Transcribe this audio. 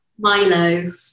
Milo